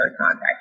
contact